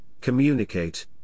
communicate